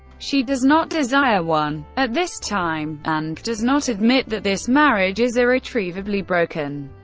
she does not desire one at this time and does not admit that this marriage is irretrievably broken.